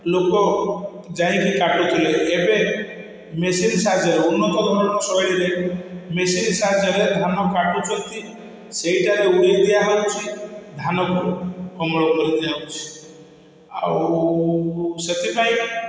ଲୋକ ଯାଇକି କାଟୁଥିଲେ ଏବେ ମେସିନ୍ ସାହାର୍ଯ୍ୟରେ ଉନ୍ନତ ଧରଣର ଶୈଳୀରେ ମେସିନ୍ ସାହାର୍ଯ୍ୟରେ ଧାନ କାଟୁଛନ୍ତି ସେହିଠାରେ ଉଡ଼େଇ ଦିଆ ହେଉଛି ଧାନକୁ ଅମଳ କରି ଦିଆହେଉଛି ଆଉ ସେଥିପାଇଁ